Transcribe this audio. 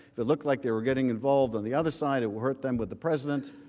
it looked like they were getting involved on the other side it would hurt them with the president,